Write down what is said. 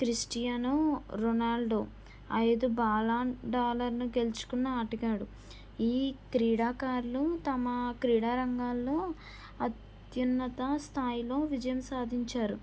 Cristiano Ronaldo ఐదు Ballon d'Or ను గెలుచుకున్న ఆటగాడు ఈ క్రీడాకారులు తమ క్రీడా రంగాల్లో అత్యున్నత స్థాయిలో విజయం సాధించారు